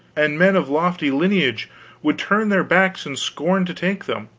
and men of lofty lineage would turn their backs and scorn to take them.